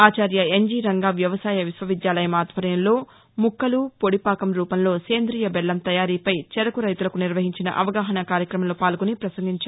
ఆచార్య N G Ranga వ్యవసాయ విశ్వవిద్యాలయం ఆధ్వర్యంలో ముక్కలు పొడిపాకం రూపంలో సేంద్రియ బెల్లం తయారీపై చెరకు రైతులకు నిర్వహించిన అవగాహన కార్యక్రమంలో పాల్గొని పసంగించారు